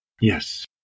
Yes